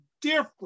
different